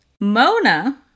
Mona